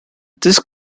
this